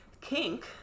kink